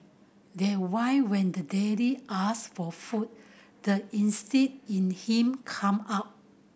that why when the daily asked for food the instinct in him come out